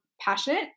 passionate